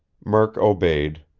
murk obeyed,